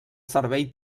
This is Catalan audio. servei